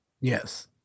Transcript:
Yes